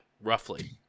roughly